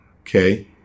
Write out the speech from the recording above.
okay